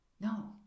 No